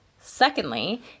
Secondly